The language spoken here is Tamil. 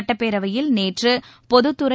சட்டப்பேரவையில் நேற்று பொதுத்துறை